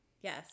yes